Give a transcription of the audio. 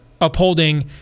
upholding